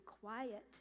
quiet